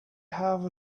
have